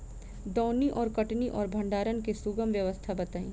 दौनी और कटनी और भंडारण के सुगम व्यवस्था बताई?